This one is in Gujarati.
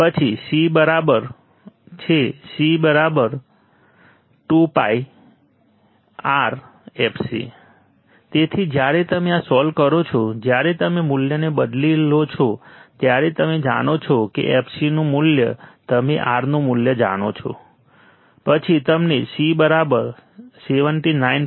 પછી C બરાબર છે C 1 2πRfc તેથી જ્યારે તમે આ સોલ્વ કરો છો જ્યારે તમે મૂલ્યને બદલી લો છો ત્યારે તમે જાણો છો કે fc નું મૂલ્ય તમે R નું મૂલ્ય જાણો છો પછી તમને C 79